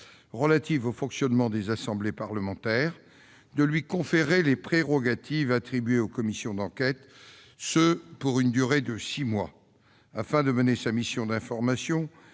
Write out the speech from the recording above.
relative au fonctionnement des assemblées parlementaires, de lui conférer les prérogatives attribuées aux commissions d'enquête, pour une durée de six mois, afin de mener sa mission d'information